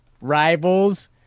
rivals